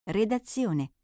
redazione